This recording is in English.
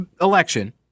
election